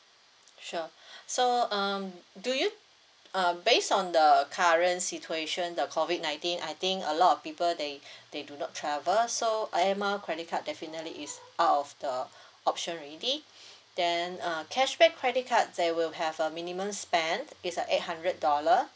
sure so um do you uh based on the current situation the COVID nineteen I think a lot of people they they do not travel so air mile credit card definitely is out of the option already then uh cashback credit card they will have a minimum spend it's a eight hundred dollar